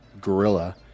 gorilla